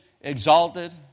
exalted